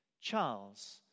Charles